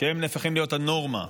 כשהם נהפכים להיות הנורמה,